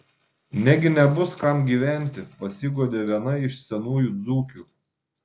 negi nebus kam gyventi pasiguodė viena iš senųjų dzūkių